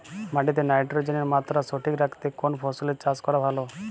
মাটিতে নাইট্রোজেনের মাত্রা সঠিক রাখতে কোন ফসলের চাষ করা ভালো?